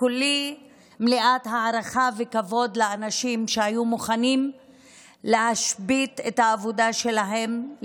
כולי מלאת הערכה וכבוד לאנשים שהיו מוכנים להשבית את העבודה שלהם,